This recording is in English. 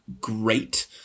great